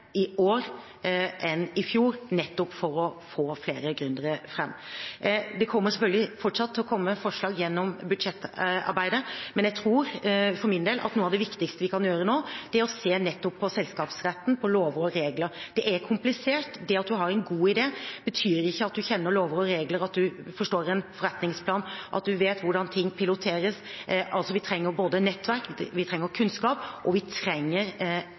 i år enn i fjor nettopp for å få flere gründere fram. Det kommer selvfølgelig fortsatt til å komme forslag gjennom budsjettarbeidet, men jeg tror for min del at noe av det viktigste vi kan gjøre nå, er å se nettopp på selskapsretten, på lover og regler. Det er komplisert. Det at man har en god idé, betyr ikke at man kjenner lover og regler, at man forstår en forretningsplan, at man vet hvordan ting piloteres. Vi trenger både nettverk, kunnskap og enklere regelverk som kan treffe gründerne og